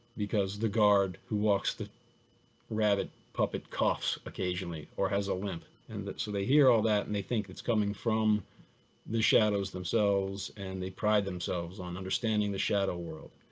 because the guard who walks the rabbit puppet coughs occasionally or has a limp. and so they hear all that and they think it's coming from the shadows themselves, and they pride themselves on understanding the shadow world.